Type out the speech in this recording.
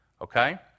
Okay